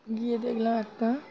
গিয়ে দেখলাম একটা